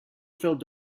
filled